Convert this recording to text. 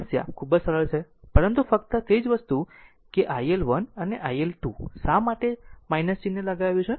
સમસ્યા ખૂબ જ સરળ છે પરંતુ ફક્ત તે જ વસ્તુ કે iL1 અને iL2 શા માટે ચિહ્ન લગાવ્યું છે